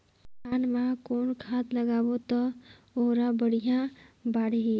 धान मा कौन खाद लगाबो ता ओहार बेडिया बाणही?